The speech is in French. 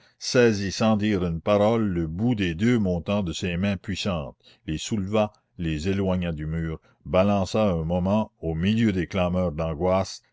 saisit sans dire une parole le bout des deux montants de ses mains puissantes les souleva les éloigna du mur balança un moment au milieu des clameurs d'angoisse